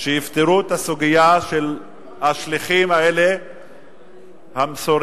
שיפתרו את הסוגיה של השליחים האלה, המסורים,